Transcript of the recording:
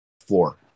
floor